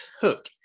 hook